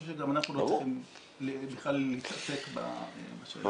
שגם אנחנו לא צריכים בכלל להתעסק בשאלה הזו.